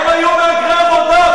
הם היו מהגרי עבודה,